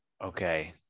okay